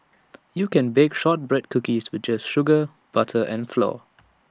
you can bake Shortbread Cookies with just sugar butter and flour